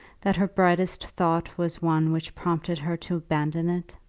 that her brightest thought was one which prompted her to abandon it?